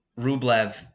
Rublev